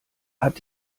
hat